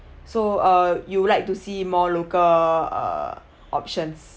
so uh you would like to see more local err options